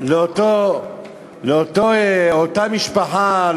לאותה משפחה,